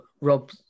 Rob